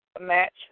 match